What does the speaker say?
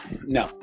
No